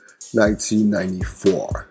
1994